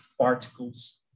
particles